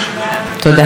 תודה.